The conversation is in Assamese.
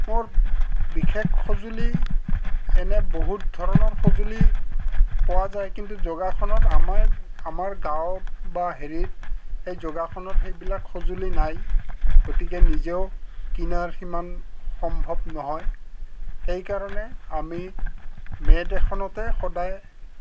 মোৰ বিশেষ সঁজুলি এনে বহুত ধৰণৰ সঁজুলি পোৱা যায় কিন্তু যোগাসত আমাৰ আমাৰ গাঁৱত বা হেৰিত সেই যোগাসনৰ সেইবিলাক সঁজুলি নাই গতিকে নিজেও কিনাৰ সিমান সম্ভৱ নহয় সেইকাৰণে আমি মেট এখনতে সদায়